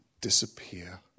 disappear